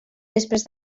després